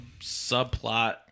subplot